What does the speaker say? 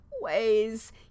ways